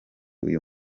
uyu